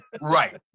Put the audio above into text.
right